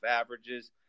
averages